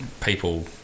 people